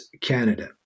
Canada